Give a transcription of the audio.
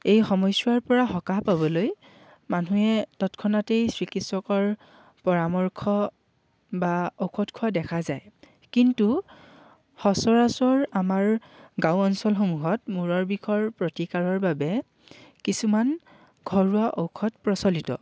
এই সময়ছোৱাৰ পৰা সকাহ পাবলৈ মানুহে তৎক্ষণাতেই চিকিৎসকৰ পৰামৰ্শ বা ঔষধ খোৱা দেখা যায় কিন্তু সচৰাচৰ আমাৰ গাঁও অঞ্চলসমূহত মূৰৰ বিষৰ প্ৰতিকাৰৰ বাবে কিছুমান ঘৰুৱা ঔষধ প্ৰচলিত